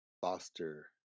foster